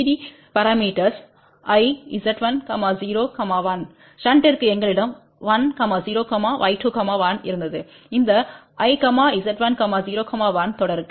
ABCD parameters 1 Z1 0 1 ஷண்டிற்கு எங்களிடம் 1 0 Y2 1 இருந்ததுஇந்த 1 Z1 01தொடருக்கு